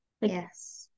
yes